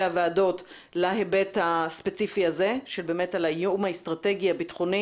הוועדות להיבט הספציפי הזה על האיום האסטרטגי הביטחוני